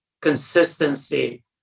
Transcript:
consistency